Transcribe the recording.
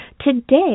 today